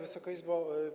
Wysoka Izbo!